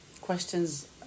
questions